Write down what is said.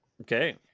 Okay